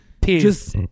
peace